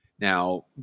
Now